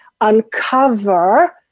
uncover